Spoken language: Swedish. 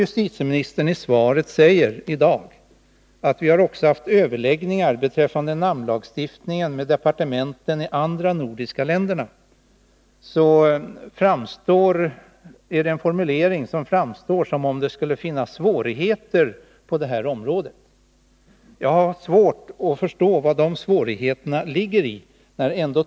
Formuleringen i svaret ”Vi har också haft överläggningar beträffande namnlagstiftningen med departementen i de andra nordiska länderna” ger intryck av att det skulle finnas svårigheter på detta område. Jag har svårt att förstå vari dessa svårigheter består.